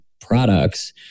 products